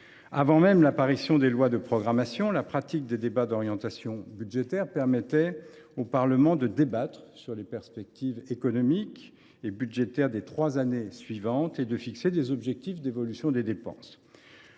Avant même l’apparition des lois de programmation, la pratique des débats d’orientation budgétaire permettait au Parlement de débattre des perspectives économiques et budgétaires des trois années suivantes et de fixer des objectifs d’évolution des dépenses.